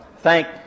thank